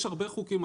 יש הרבה חוקים,